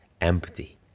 empty